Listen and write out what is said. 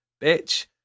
bitch